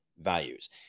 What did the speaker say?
values